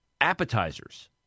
Appetizers